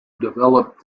develop